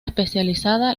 especializada